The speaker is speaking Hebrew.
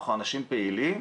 אנחנו אנשים פעילים,